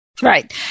Right